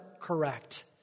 correct